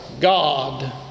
God